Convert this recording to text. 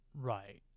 Right